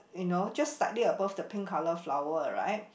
you know just slightly above the pink colour flower right